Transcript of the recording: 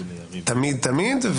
תמיד תמיד.